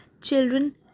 children